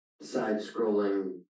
side-scrolling